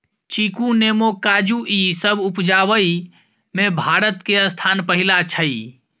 चीकू, नेमो, काजू ई सब उपजाबइ में भारत के स्थान पहिला छइ